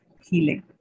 healing